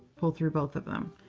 pull through both of them.